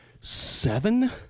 seven